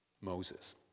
Moses